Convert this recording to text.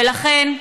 ולכן,